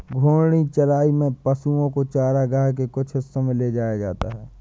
घूर्णी चराई में पशुओ को चरगाह के कुछ हिस्सों में ले जाया जाता है